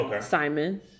Simon